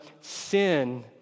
Sin